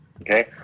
Okay